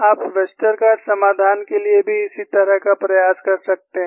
आप वेस्टरगार्ड समाधान के लिए भी इसी तरह प्रयास कर सकते हैं